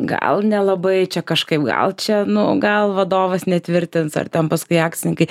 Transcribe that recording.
gal nelabai čia kažkaip gal čia nu gal vadovas netvirtins ar ten paskui akcininkai